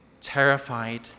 terrified